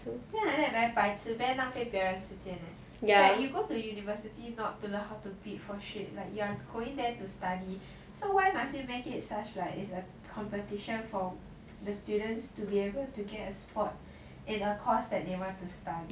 I think like that very 白痴 very 浪费别人的时间 ya you go to university not to learn how to bid for shit but you are going there to study so why must you make it such like is a competition for the students to be able to get a spot in a course that they want to study